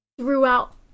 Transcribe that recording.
Throughout